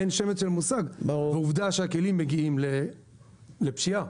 עובדה שהכלים מגיעים לפשיעה.